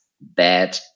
bad